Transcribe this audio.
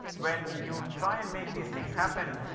when you try and make these things happen,